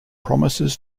promises